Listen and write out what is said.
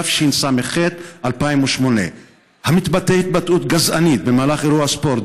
תשס"ח 2008: "המתבטא התבטאות גזענית במהלך אירוע ספורט,